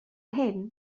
hyn